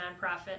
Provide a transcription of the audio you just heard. nonprofit